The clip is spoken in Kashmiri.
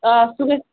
آ سُہ گژھِ